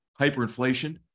hyperinflation